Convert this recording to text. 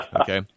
Okay